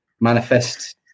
Manifest